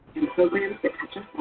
programs that touch